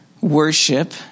worship